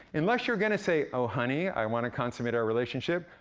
unless you're gonna say, oh, honey, i wanna consummate our relationship.